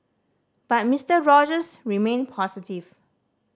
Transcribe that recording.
but Mister Rogers remain positive